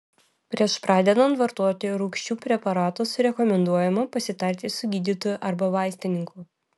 prieš pradedant vartoti rūgčių preparatus rekomenduojama pasitarti su gydytoju arba vaistininku